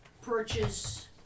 purchase